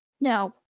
No